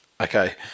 Okay